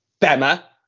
Bema